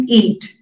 eat